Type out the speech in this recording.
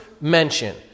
mention